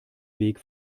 weg